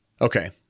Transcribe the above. okay